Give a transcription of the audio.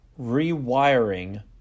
rewiring